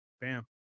Bam